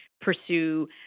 pursue